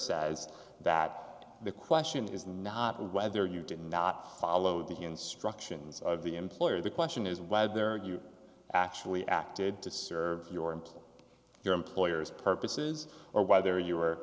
sized that the question is not whether you did not follow the instructions of the employer the question is whether you actually acted to serve your employer your employer's purposes or whether you were